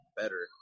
better